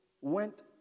went